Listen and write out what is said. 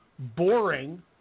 Boring